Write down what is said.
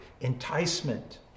enticement